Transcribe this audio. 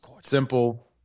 Simple